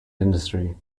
industry